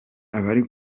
abari